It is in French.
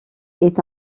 est